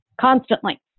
constantly